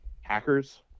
Hackers